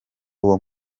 uwo